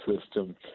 system